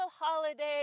holiday